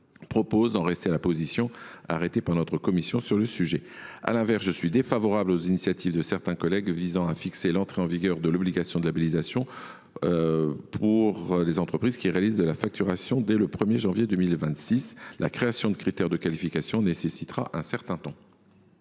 Gouvernement le temps de définir des critères de qualification. À l’inverse, je suis défavorable aux initiatives de certains collègues visant à fixer l’entrée en vigueur de l’obligation de labellisation pour les entreprises qui réalisent de la facturation au 1 janvier 2026. La création de critères de qualification nécessitera un certain temps.